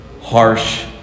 Harsh